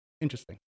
interesting